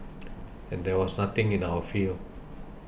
and there was nothing in our field